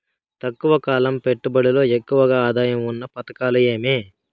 తక్కువ కాలం పెట్టుబడిలో ఎక్కువగా ఆదాయం ఉన్న పథకాలు ఏమి?